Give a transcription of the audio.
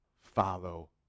Follow